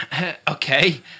Okay